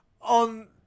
on